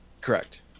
Correct